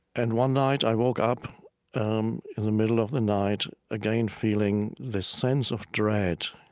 and one night i woke up um in the middle of the night again feeling this sense of dread,